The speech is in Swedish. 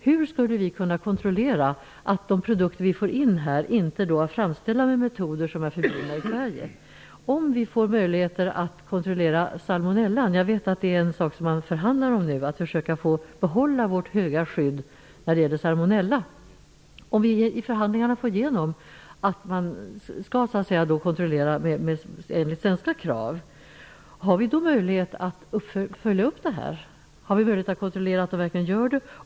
Hur skall vi kunna kontrollera att de produkter som vi får in i landet inte är framställda med metoder som är förbjudna i Sverige? Jag vet att det nu förhandlas om att vi skall få behålla våra höga krav när det gäller salmonellakontrollen. Om vi i förhandlingarna får igenom de svenska kraven på salmonellakontrollen, har vi då möjlighet att följa upp det? Har vi möjlighet att kontrollera att detta verkligen görs?